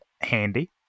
handy